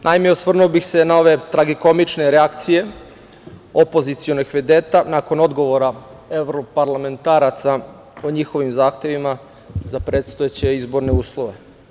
Naime, osvrnuo bi se na ove tragikomične reakcije opozicionih vedeta nakon odgovora evroparlamentaraca, o njihovim zahtevima za predstojeće izborne uslove.